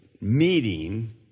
meeting